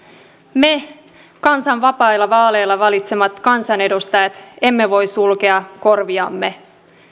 me kansan vapailla vaaleilla valitsemat kansanedustajat emme voi sulkea korviamme